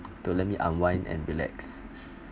to let me unwind and relax